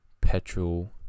petrol